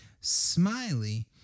Smiley